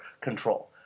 control